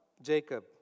Jacob